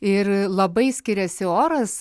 ir labai skiriasi oras